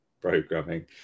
programming